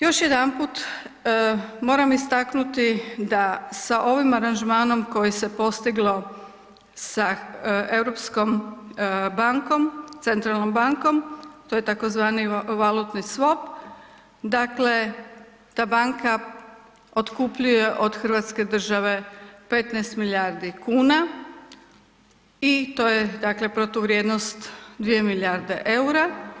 Još jedanput moram istaknuti da sa ovim aranžmanom koji se postiglo sa europskom bankom, Centralnom bankom, to je tzv. valutni swap, dakle, ta banka otkupljuje od hrvatske države 15 milijardi kuna i to je dakle protuvrijednost 2 milijarde eura.